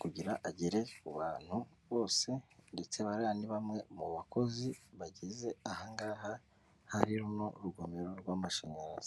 kugira agere ku bantu bose ndetse bariya ni bamwe mu bakozi bageze aha ngaha hari runo rugomero rw'amashanyarazi.